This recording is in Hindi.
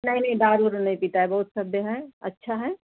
नहीं नहीं दारू उरु नहीं पीता है बहुत सभ्य है अच्छा है